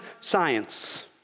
science